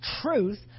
truth